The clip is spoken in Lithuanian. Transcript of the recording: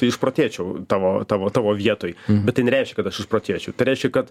tai išprotėčiau tavo tavo tavo vietoj bet tai nereiškia kad aš išprotėčiau tai reiškia kad